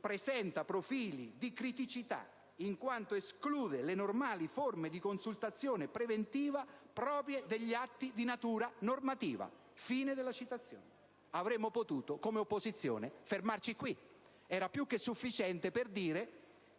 «presenta profili di criticità, in quanto esclude le normali forme di consultazione preventiva proprie degli atti di natura normativa». Avremmo potuto come opposizione fermarci qui: era più che sufficiente per dire